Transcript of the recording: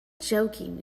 joking